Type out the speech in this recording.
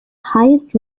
highest